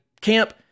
camp